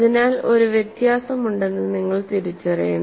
അതിനാൽ ഒരു വ്യത്യാസമുണ്ടെന്ന് നിങ്ങൾ തിരിച്ചറിയണം